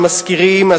שמשכירים,